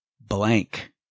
blank